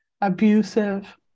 abusive